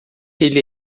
ele